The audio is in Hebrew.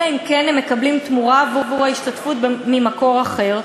אלא אם כן הם מקבלים תמורה עבור ההשתתפות ממקור אחר,